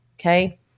Okay